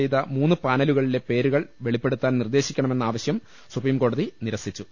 ചെയ്ത മൂന്ന് പാനലുകളിലെ പേരുകൾ വെളിപ്പെടുത്താൻ നിർദ്ദേശിക്കണ മെന്ന ആവശ്യം സുപ്രീംകോടതി നിരസിച്ചു